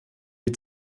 die